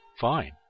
Fine